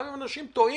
גם אם אנשים טועים.